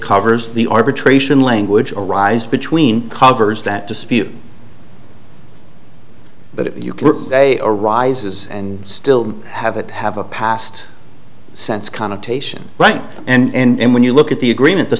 covers the arbitration language arise between covers that dispute but they are arises and still have it have a past sense connotation right and when you look at the agreement the